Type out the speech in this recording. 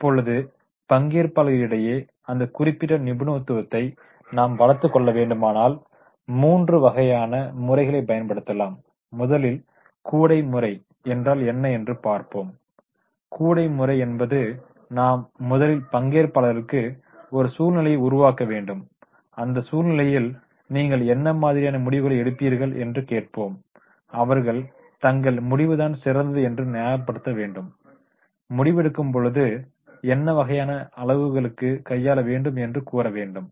இப்பொழுது பங்கேற்பாளர்களிடையே அந்த குறிப்பிட்ட நிபுணத்துவத்தை நாம் வளர்த்துக் கொள்ள வேண்டுமானால் 3 வகையான முறைகளைப் பயன்படுத்தலாம் முதலில் கூடை முறை என்றால் என்ன என்று பார்ப்பாேம் கூடை முறை என்பது நாம் முதலில் பங்கேற்பாளர்களுக்கு ஒரு சூழ்நிலையை உருவாக்கவேண்டும் அந்த சூழ்நிலையில் நீங்கள் என்ன மாதிரியான முடிவுளை எடுப்பிர்கள் என்று கேட்போம் அவர்கள் தங்கள் முடிவு தான் சிறந்தது என்று நியாயப்படுத்த வேண்டும் முடிவெடுக்கும் பாேது என்ன வகையான அளவுருக்களை கையாள வேண்டும் என்று கூற வேண்டும்